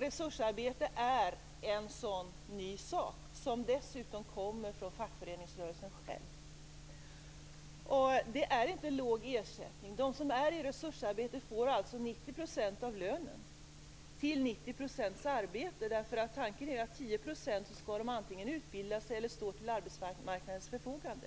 Resursarbete är en sådan ny sak, som dessutom kommer från fackföreningsrörelsen själv. Det är inte låg ersättning. De som är i resursarbete får 90 % av lönen, för 90 % arbete. Tanken är ju att under 10 % av tiden skall de antingen utbilda sig eller stå till arbetsmarknadens förfogande.